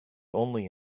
only